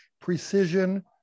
Precision